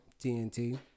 TNT